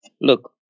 look